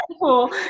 cool